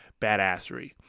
badassery